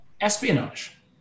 espionage